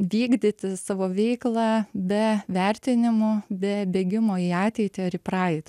vykdyti savo veiklą be vertinimų be bėgimo į ateitį ar į praeitį